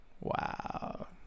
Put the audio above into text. Wow